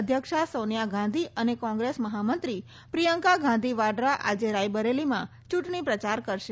અધ્યક્ષા સોનિયા ગાંધી અને કોંગ્રેસ મહામંત્રી પ્રિયંકા ગાંધી વાડરા આજે રાયબરેલીમાં ચૂંટણી પ્રચાર કરશે